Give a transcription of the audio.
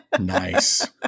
Nice